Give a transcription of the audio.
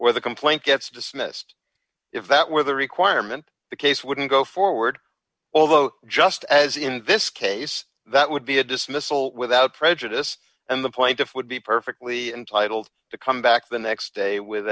where the complaint gets dismissed if that were the requirement the case wouldn't go forward although just as in this case that would be a dismissal without prejudice and the plaintiff would be perfectly entitled to come back the next day with